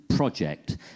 project